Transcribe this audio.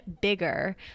bigger